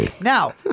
Now